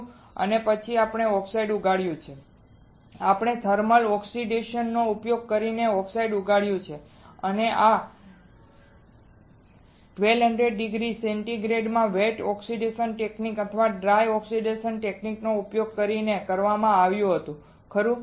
અને પછી આપણે ઓક્સાઈડ ઉગાડ્યું છે આપણે થર્મલ ઓક્સિડેશન નો ઉપયોગ કરીને ઓક્સાઈડ ઉગાડ્યું છે અને આ 1200 ડિગ્રી સેન્ટીગ્રેડ માં વેટ ઓક્સિડેશન ટેકનિક અથવા ડ્રાય ઓક્સિડેશન ટેકનિક નો ઉપયોગ કરીને કરવામાં આવ્યું હતું ખરું